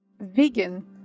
Vegan